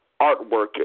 artwork